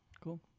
cool